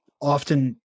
often